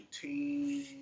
team